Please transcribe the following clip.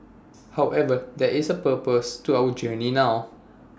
however there is A purpose to our journey now